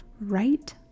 right